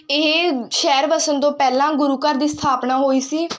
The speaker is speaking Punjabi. ਇਹ ਸ਼ਹਿਰ ਵਸਣ ਤੋਂ ਪਹਿਲਾਂ ਗੁਰੂ ਘਰ ਦੀ ਸਥਾਪਨਾ ਹੋਈ ਸੀ